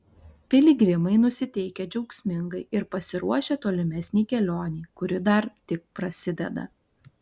piligrimai nusiteikę džiaugsmingai ir pasiruošę tolimesnei kelionei kuri dar tik prasideda